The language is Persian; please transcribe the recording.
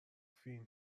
فین